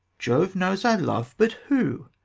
jove knows i love but who?